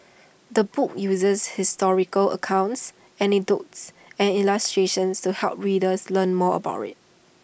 the book uses historical accounts anecdotes and illustrations to help readers learn more about IT